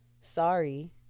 Sorry